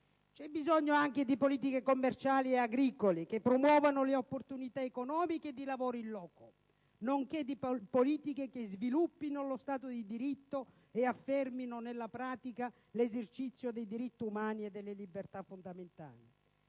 C'è bisogno anche di politiche commerciali e agricole che promuovano le opportunità economiche e di lavoro *in loco*, nonché di politiche che sviluppino lo stato di diritto e affermino nella pratica l'esercizio dei diritti umani e delle libertà fondamentali.